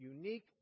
unique